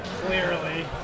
Clearly